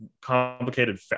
complicated